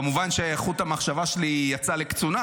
--- כמובן שחוט המחשבה שלי יצא לקצונה,